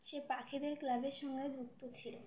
সে পাখিদের ক্লাবের সঙ্গে যুক্ত ছিল